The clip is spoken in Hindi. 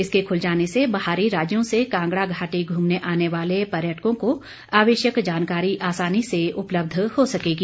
इसके खुल जाने से बाहरी राज्यों से कांगड़ा घाटी घूमने आने वाले पर्यटकों को आवश्यक जानकारी आसानी से उपलब्ध हो सकेगी